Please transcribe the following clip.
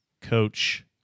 Coach